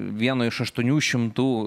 vieno iš aštuonių šimtų